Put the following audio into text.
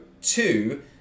two